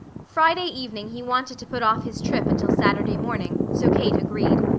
friday evening he wanted to put off his trip until saturday morning, so kate agreed.